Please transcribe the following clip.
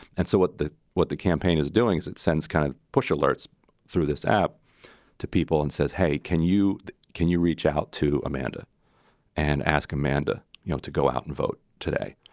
and so what the what the campaign is doing is it sends kind of push alerts through this app to people and says, hey, can you can you reach out to amanda and ask amanda you know to go out and vote today?